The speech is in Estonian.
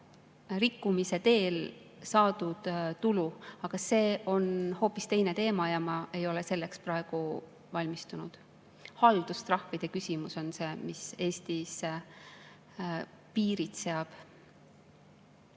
rikkumise teel saadud tulu. Aga see on hoopis teine teema ja ma ei ole selleks praegu valmistunud. Haldustrahvide küsimus on see, mis Eestis piirid seab.